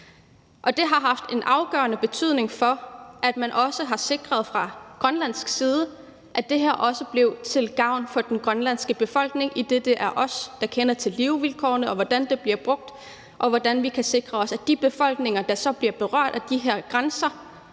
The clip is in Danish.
Det har haft en afgørende betydning for, at man også fra grønlandsk side har sikret, at det blev til gavn for den grønlandske befolkning, idet det er os, der kender til levevilkårene og til, hvordan det bliver brugt, og hvordan vi kan sikre os, at de befolkninger, der så bliver berørt af de her grænser,